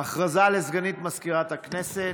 הודעה לסגנית מזכירת הכנסת.